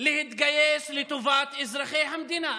להתגייס לטובת אזרחי המדינה.